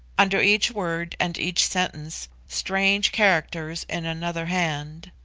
under each word and each sentence strange characters in another hand.